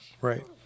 Right